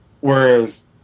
Whereas